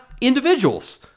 individuals